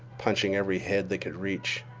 punching every head they could reach.